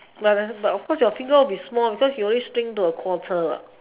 but the but of course your finger will be small because you shrink to a quarter what